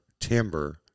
timber